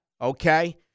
okay